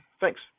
Thanks